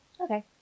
Okay